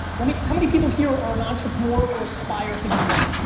i mean how many people here are an entrepreneur or aspire to be one?